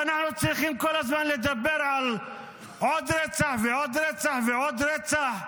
ואנחנו צריכים כל הזמן לדבר על עוד רצח ועוד רצח ועוד רצח.